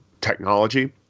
technology